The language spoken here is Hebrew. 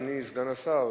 אדוני סגן השר,